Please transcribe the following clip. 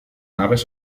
naves